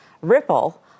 Ripple